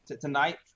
tonight